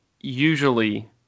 usually